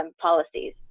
policies